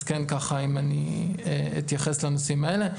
אז כן ככה אם אני אתייחס לנושאים האלה.